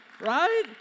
right